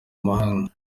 mahanga